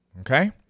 Okay